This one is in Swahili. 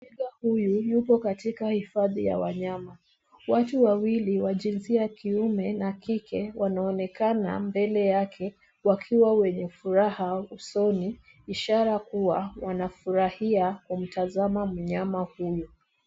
Twiga huyu yuko katika hifadhi ya wanyama. Watu wawili wa jinsia ya kiume na kike wanaonekana mbele yake wakiwa wenye furaha usoni, ishara kua wanafurahia kumtazama mnyama huyu.